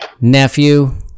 nephew